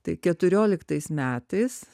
tai keturioliktais metais